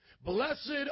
Blessed